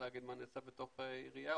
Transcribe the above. להגיד מה נעשה בתוך עירייה,